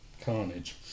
carnage